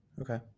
Okay